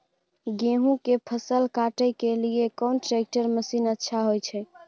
गेहूं के फसल काटे के लिए कोन ट्रैक्टर मसीन अच्छा होय छै?